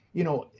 you know,